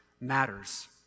matters